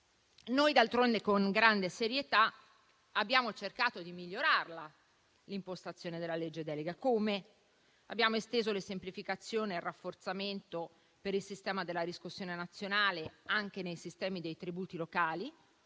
Noi d'altronde, con grande serietà, abbiamo cercato di migliorare l'impostazione della legge delega. Abbiamo esteso le semplificazioni e il rafforzamento del sistema della riscossione nazionale anche ai sistemi di riscossione